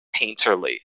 painterly